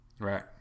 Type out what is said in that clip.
Right